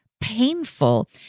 painful